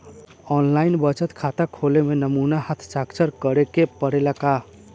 आन line बचत खाता खोले में नमूना हस्ताक्षर करेके पड़ेला का?